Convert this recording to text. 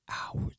hours